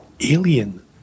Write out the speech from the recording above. alien